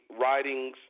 writings